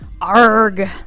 ARG